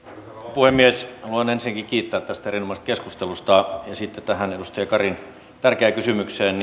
puhemies haluan ensinnäkin kiittää tästä erinomaisesta keskustelusta sitten tähän edustaja karin tärkeään kysymykseen